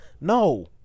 No